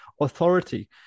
authority